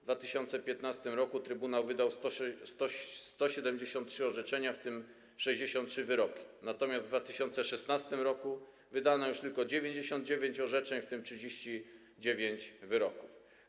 W 2015 r. trybunał wydał 173 orzeczenia, w tym 63 wyroki, natomiast w 2016 r. wydano już tylko 99 orzeczeń, w tym 39 wyroków.